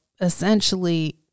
essentially